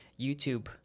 youtube